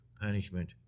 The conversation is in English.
punishment